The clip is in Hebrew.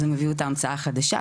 אז הם הביאו את ההמצאה החדשה,